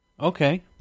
Okay